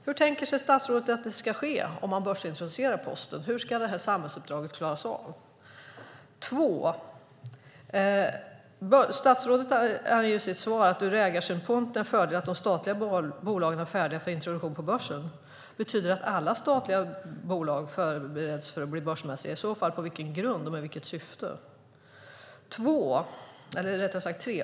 Hur tänker sig statsrådet att det ska gå till om man börsintroducerar Posten? Hur ska samhällsuppdraget klaras av? Statsrådet anger i sitt svar att ur ägarsynpunkt är det en fördel att de statliga bolagen är färdiga för introduktion på börsen. Betyder det att alla statliga bolag förbereds för att bli börsmässiga? På vilken grund sker detta i så fall, och med vilket syfte?